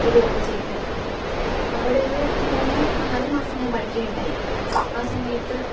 വിടുവാണ് ചെയ്തത് അപ്പം അവിടെ ഒരു മൂന്ന് നാല് മാസം ഞാൻ പഠിക്കുകയുണ്ടായി ആ സമയത്ത്